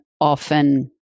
often